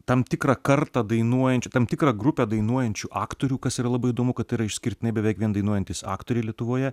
tam tikrą kartą dainuojančių tam tikrą grupę dainuojančių aktorių kas yra labai įdomu kad tai yra išskirtinai beveik vien dainuojantys aktoriai lietuvoje